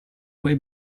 quei